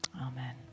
Amen